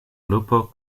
lupo